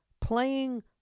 playing